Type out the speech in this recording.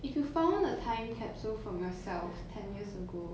if you found a time capsule from yourself of ten years ago